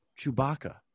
Chewbacca